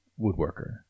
woodworker